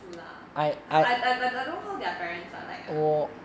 true lah I I I don't know how their parents are like lah